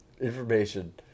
information